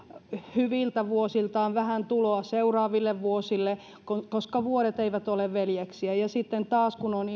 hyviltä vuosiltaan vähän tuloa seuraaville vuosille koska vuodet eivät ole veljeksiä ja sitten taas kun on